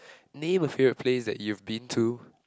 name a favorite place that you've been to